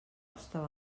estava